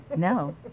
No